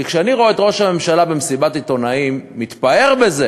כי כשאני רואה את ראש הממשלה במסיבת עיתונאים מתפאר בזה